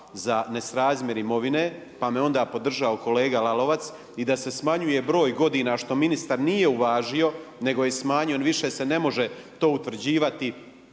za nesrazmjer imovine pa me onda podržao kolega Lalovac, i da se smanjuje broj godina što ministar nije uvažio nego je smanjio, više se ne može to utvrđivati